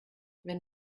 wenn